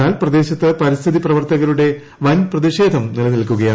എന്നാൽ പ്രദേശത്ത് പരിസ്ഥിതി പ്രവർത്തകരുടെ വൻ പ്രതിഷേധം നിലനിൽക്കുകയാണ്